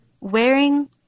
wearing